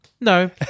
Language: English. No